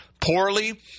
poorly